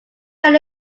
can